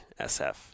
SF